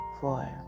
four